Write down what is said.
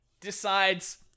decides